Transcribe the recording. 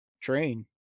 train